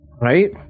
Right